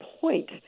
point